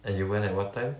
and you went at what time